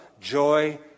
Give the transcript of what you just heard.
joy